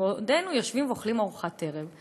ובעודנו יושבים ואוכלים ארוחת ערב,